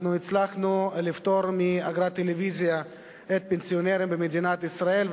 אנחנו הצלחנו לפטור מאגרת טלוויזיה את הפנסיונרים במדינת ישראל,